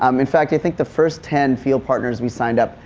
um in fact, i think the first ten field partners we signed up,